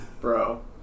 Bro